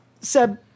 Seb